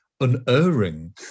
unerring